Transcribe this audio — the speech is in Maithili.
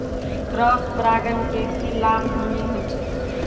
क्रॉस परागण के की लाभ, हानि होय छै?